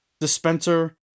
Dispenser